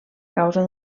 causa